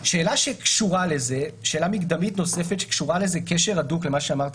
שאלה מקדמית נוספת שקשורה קשר הדוק למה שאמרתי